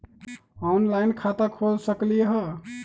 Online खाता खोल सकलीह?